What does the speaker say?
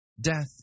death